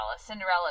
Cinderella